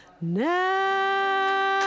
now